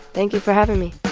thank you for having me